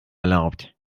erlaubt